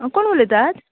आं कोण उलयतात